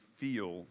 feel